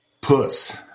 puss